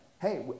Hey